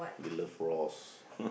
they love raws